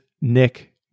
Nick